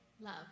Love